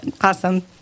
Awesome